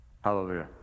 Hallelujah